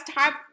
type